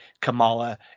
Kamala